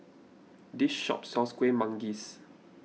this shop sells Kueh Manggis